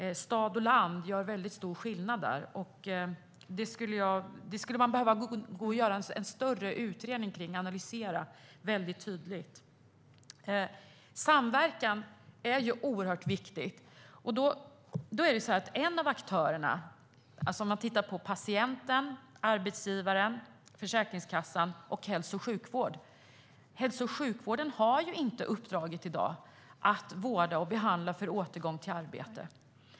Stad och land gör stor skillnad. Detta skulle man behöva göra en större utredning om och analysera tydligt. Samverkan är oerhört viktig. Låt oss titta på aktörerna: patienten, arbetsgivaren, Försäkringskassan och hälso och sjukvården. En av aktörerna, hälso och sjukvården, har i dag inte uppdraget att vårda och behandla för återgång till arbete.